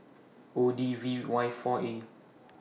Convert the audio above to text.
O D V Y four A